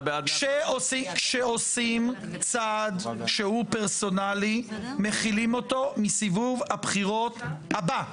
כשעושים צעד שהוא פרסונלי מחילים אותו מסיבוב הבחירות הבא,